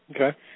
Okay